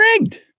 rigged